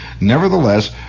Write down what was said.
nevertheless